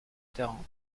terrain